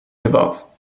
debat